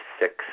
six